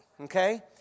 okay